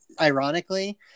ironically